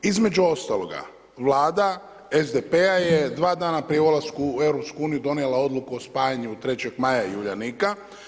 Između ostaloga, Vlada SDP-a je dva dana prije ulaska u EU donijela odluku o spajanju 3. Maja i Uljanika.